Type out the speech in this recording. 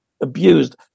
abused